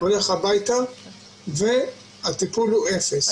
הוא הולך הביתה והטיפול הוא אפס.